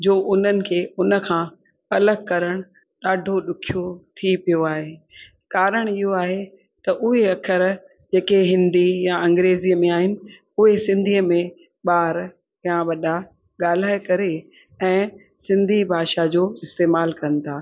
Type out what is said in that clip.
जो उन्हनि खे हुन खां अलॻि करण ॾाढो ॾुखियो थी पियो आहे कारण इहो आहे की उहे अखर जेके हिंदी या अंग्रेज़ीअ में आहिनि उहे सिंधीअ में ॿार या वॾा ॻाल्हाए करे ऐं सिंधी भाषा जो इस्तेमालु कनि था